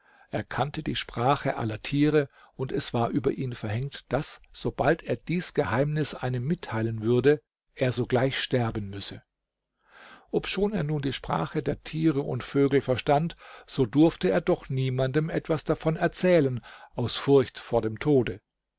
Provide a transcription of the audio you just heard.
er kannte die sprache aller tiere und es war über ihn verhängt daß sobald er dies geheimnis einem mitteilen würde er sogleich sterben müsse obschon er nun die sprache der tiere und vögel verstand so durfte er doch niemanden etwas davon erzählen aus furcht vor dem tode